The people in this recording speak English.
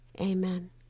Amen